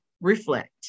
reflect